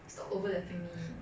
stop overlapping me